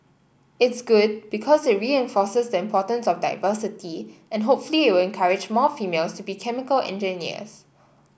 it's good because it reinforces the importance of diversity and hopefully it will encourage more females to be chemical engineers